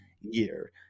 year